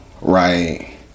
right